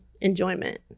enjoyment